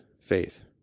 faith